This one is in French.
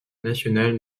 national